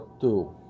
two